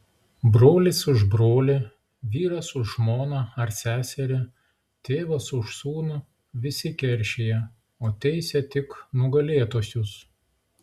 brolis už brolį vyras už žmoną ar seserį tėvas už sūnų visi keršija o teisia tik nugalėtuosius